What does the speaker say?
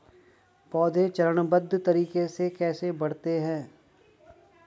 पौधे चरणबद्ध तरीके से कैसे बढ़ते हैं?